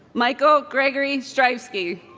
michael gregory striefsky